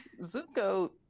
Zuko